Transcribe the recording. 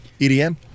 EDM